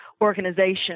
organization